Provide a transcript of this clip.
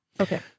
Okay